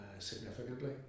significantly